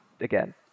again